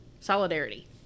Solidarity